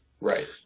Right